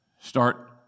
start